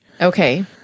Okay